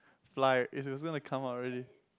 fly it was gonna come out already